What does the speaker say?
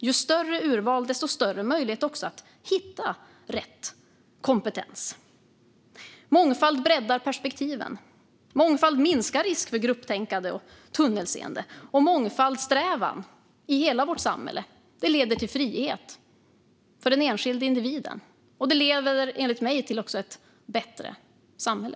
Ju större urval, desto större möjlighet att hitta rätt kompetens. Mångfald breddar perspektiven och minskar risken för grupptänkande och tunnelseende. Mångfaldssträvan i hela vårt samhälle leder till frihet för den enskilda individen, och det leder enligt mig också till ett bättre samhälle.